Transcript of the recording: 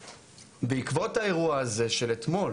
בעקבות האירוע הזה של אתמול